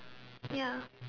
ya